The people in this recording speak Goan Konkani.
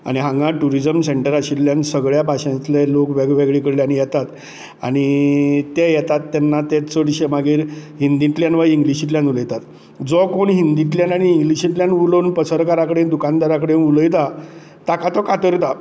आनी हांगा टूरिजम सेंटर आशिल्ल्यान सगळ्या भाशेंतले लोक वेगळे वेगळे कडल्यान येतात आनी ते येतात तेन्ना ते चडशे मागीर हिंदीतल्यान वा इंग्लिशींतल्यान उलयतात जो कोण हिंदीतल्यान आणी इंग्लिशींतल्यान उलोवन पसरकारा कडेन दुकानदारा कडेन उलयता ताका तो कातरता